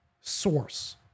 source